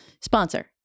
sponsor